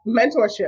mentorship